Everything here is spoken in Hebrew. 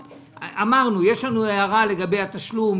אמרנו: יש לנו הערה לגבי התשלום,